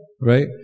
right